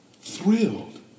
thrilled